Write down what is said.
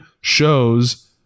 shows